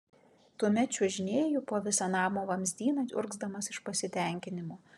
tuomet čiuožinėju po visą namo vamzdyną urgzdamas iš pasitenkinimo